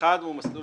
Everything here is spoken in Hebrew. אחד הוא המסלול